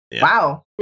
Wow